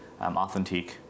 Authentique